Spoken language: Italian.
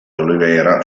oliveira